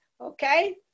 okay